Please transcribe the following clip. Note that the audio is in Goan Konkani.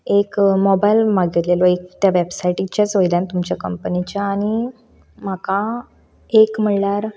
एक मोबायल मागयल्लो एक त्या वॅबसायटीच्याच वयल्यान तुमच्या कंपनीच्या आनी म्हाका एक म्हणल्यार